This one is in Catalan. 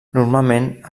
normalment